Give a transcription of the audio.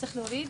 צריך להוריד.